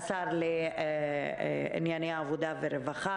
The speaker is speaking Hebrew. השר לענייני עבודה ורווחה,